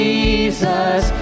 Jesus